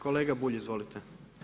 Kolega Bulj, izvolite.